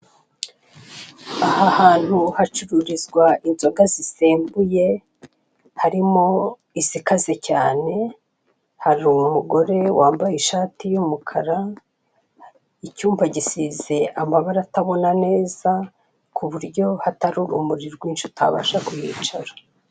Aha hantu hacururizwa inzoga zisembuye, harimo izikaze cyane hari umugore wambaye ishati y'umukara, icyumba gisize amabara atabona neza ku buryo hatari urumuri rwinshi utabasha kuhicara.